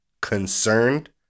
concerned